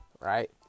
Right